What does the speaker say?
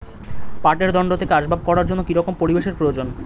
পাটের দণ্ড থেকে আসবাব করার জন্য কি রকম পরিবেশ এর প্রয়োজন?